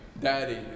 daddy